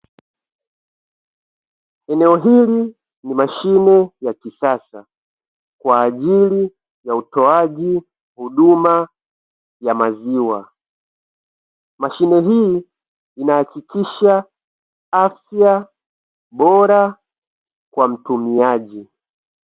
Eneo hili ni mashine ya kisasa, kwa ajili ya utoaji huduma ya maziwa. Mashine hii inahakikisha afya bora kwa mtumiaji.